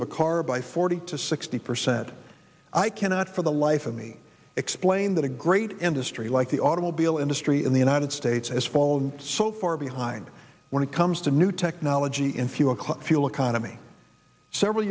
of a car by forty to sixty percent i cannot for the life of me explain that a great industry like the automobile industry in the united states as fallen so far behind when it comes to new technology in few a quick fuel economy several